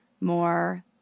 more